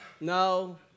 no